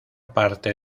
parte